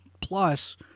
plus